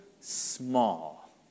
small